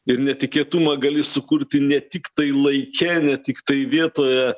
ir netikėtumą gali sukurti ne tiktai laike ne tiktai vietoje